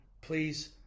please